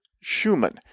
Schumann